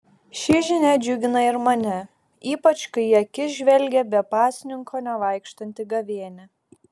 ši žinia džiugina ir mane ypač kai į akis žvelgia be pasninko nevaikštanti gavėnia